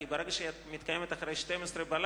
כי ברגע שהיא מתקיימת אחרי 24:00,